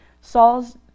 Saul's